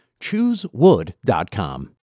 ChooseWood.com